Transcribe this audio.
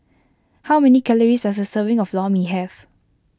how many calories does a serving of Lor Mee have